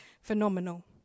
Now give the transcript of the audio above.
phenomenal